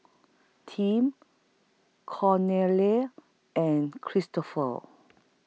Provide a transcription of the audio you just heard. Tim Cornelia and Kristoffer